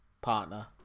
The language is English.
partner